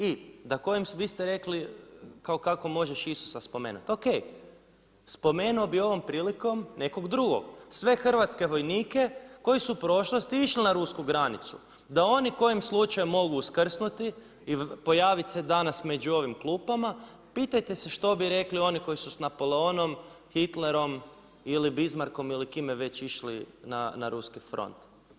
I da kojem, vi ste rekli, kao kako možeš Isusa spomenuti, ok, spomenuo bi ovom prilikom nekog drugog, sve hrvatske vojnike koje su u prošlosti išli na rusku granicu, da oni kojim slučajem mogu uskrsnuti i pojaviti se danas među ovim klupama, pitajte se što bi rekli oni koji su s Napoleonom, Hitlerom ili Bismarckom ili kime već išli na ruski front.